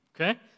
okay